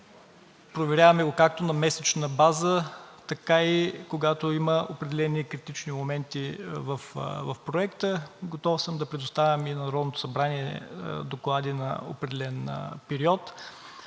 Проверяваме го както на месечна база, така и когато има определени критични моменти в Проекта. Готов съм да предоставям и на Народното събрание доклади на определен период.